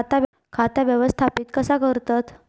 खाता व्यवस्थापित कसा करतत?